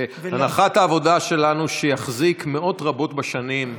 והנחת העבודה שלנו היא שיחזיק מאות רבות בשנים.